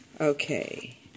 Okay